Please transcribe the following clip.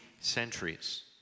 centuries